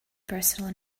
personal